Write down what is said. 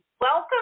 welcome